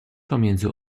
pomiędzy